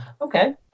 Okay